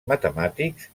matemàtics